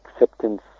acceptance